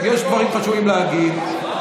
יש דברים חשובים להגיד,